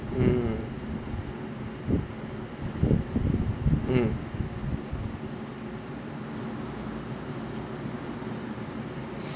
mm mm